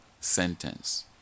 sentence